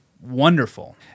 wonderful